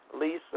Lisa